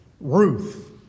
Ruth